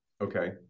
Okay